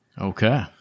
Okay